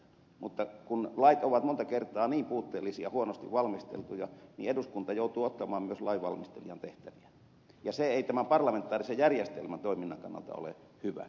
mutta kun lait ovat monta kertaa niin puutteellisia huonosti valmisteltuja niin eduskunta joutuu ottamaan myös lainvalmistelijan tehtäviä ja se ei parlamentaarisen järjestelmän toiminnan kannalta ole hyvä